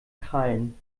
krallen